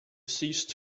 ceased